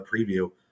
preview